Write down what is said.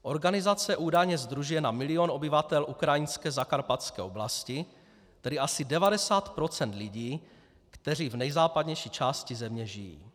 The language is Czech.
Organizace údajně sdružuje na milion obyvatel ukrajinské zakarpatské oblasti, tedy asi 90 % lidí, kteří v nejzápadnější části země žijí.